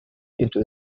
into